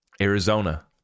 Arizona